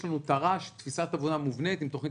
יש לנו תר"ש תפיסת עבודה מובנית עם תכנית